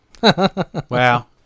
Wow